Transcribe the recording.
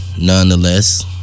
Nonetheless